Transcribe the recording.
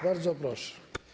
Bardzo proszę.